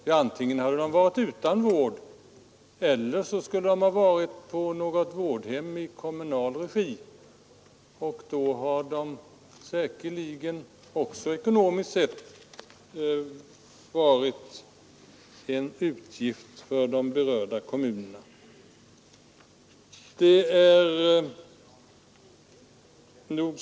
Jo, antingen skulle de ha varit utan vård eller också befunnit sig på något vårdhem i kommunal regi. Det skulle också ha inneburit utgifter för berörda kommuner.